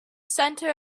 center